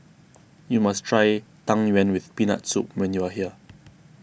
you must try Tang Yuen with Peanut Soup when you are here